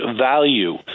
value